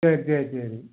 சரி சரி சரி